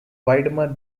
widmer